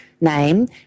name